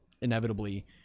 inevitably